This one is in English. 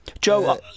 Joe